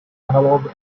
analogue